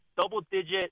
double-digit